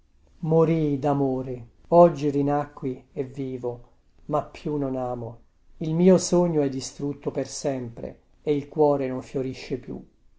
morii damore oggi rinacqui e vivo ma più non amo il mio sogno è distrutto per sempre e il cuore non fiorisce più